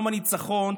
יום הניצחון,